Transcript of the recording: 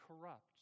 corrupt